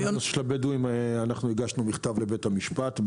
בנושא של הבדואים הגשנו מכתב לבית המשפט.